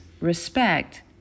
respect